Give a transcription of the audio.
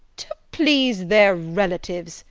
to please their relatives,